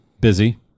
busy